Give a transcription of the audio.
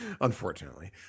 Unfortunately